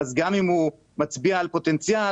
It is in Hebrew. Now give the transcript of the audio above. גם אם הוא מצביע על פוטנציאל,